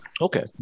Okay